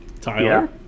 Tyler